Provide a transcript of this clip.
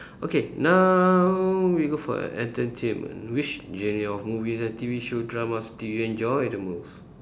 okay now we go for entertainment which genre of movies and T_V show dramas do you enjoy the most